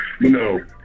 No